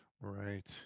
Right